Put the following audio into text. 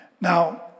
Now